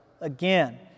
Again